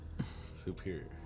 Superior